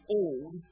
old